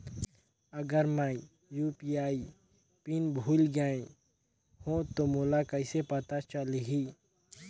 अगर मैं UPI pin भुल गये हो तो मोला कइसे पता चलही?